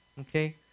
Okay